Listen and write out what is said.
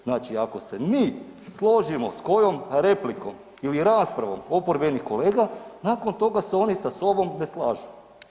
Znači ako se mi složimo s kojom replikom ili raspravom oporbenih kolega, nakon toga se oni sa sobom ne slažu.